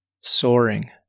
soaring